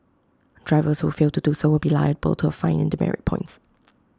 drivers who fail to do so will be liable to A fine and demerit points